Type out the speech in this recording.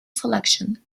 selection